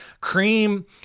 cream